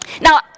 Now